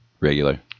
Regular